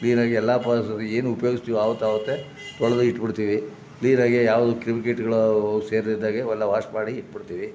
ಕ್ಲೀನಾಗಿ ಎಲ್ಲ ಪಾತ್ರೆ ಏನು ಉಪ್ಯೋಗಿಸ್ತೀವಿ ಆವತ್ತಾವತ್ತೆ ತೊಳೆದು ಇಟ್ಟುಬಿಡ್ತೀವಿ ಕ್ಲೀನಾಗೆ ಯಾವುದೂ ಕ್ರಿಮಿಕೀಟಗಳವು ಸೇರದೇ ಇದ್ದಾಗೆ ಅವೆಲ್ಲ ವಾಶ್ ಮಾಡಿ ಇಟ್ಟುಬಿಡ್ತೀವಿ